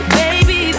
baby